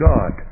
God